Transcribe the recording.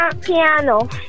piano